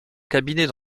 cabinet